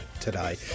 today